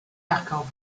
jakob